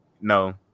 No